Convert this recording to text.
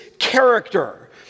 character